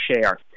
share